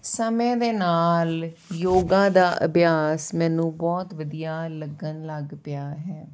ਸਮੇਂ ਦੇ ਨਾਲ ਯੋਗਾ ਦਾ ਅਭਿਆਸ ਮੈਨੂੰ ਬਹੁਤ ਵਧੀਆ ਲੱਗਣ ਲੱਗ ਪਿਆ ਹੈ